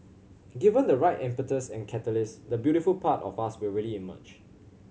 given the right impetus and catalyst the beautiful part of us will really emerge